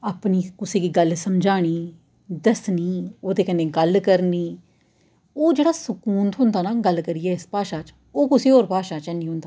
अपनी कुसैगी गल्ल समझानी दस्सनी ओह्दे कन्नै गल्ल करनी ओह् जेह्ड़ा सकून थ्होंदा न गल्ल करियै इस भाशा च ओह् कुसै होर भाशा च नेईं ऐ